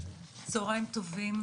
צוהריים טובים,